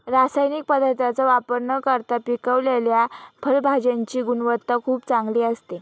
रासायनिक पदार्थांचा वापर न करता पिकवलेल्या फळभाज्यांची गुणवत्ता खूप चांगली असते